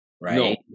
right